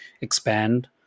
expand